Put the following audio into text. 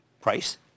Price